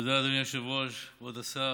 תודה, אדוני היושב-ראש, כבוד השר.